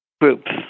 groups